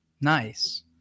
Nice